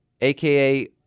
AKA